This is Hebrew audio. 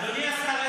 שנייה.